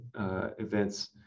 events